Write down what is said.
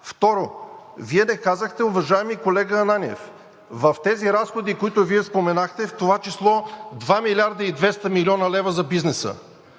Второ, Вие не казахте, уважаеми колега Ананиев, в тези разходи, които Вие споменахте, в това число 2 млрд. 200 млн. лв. за бизнеса,